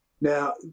now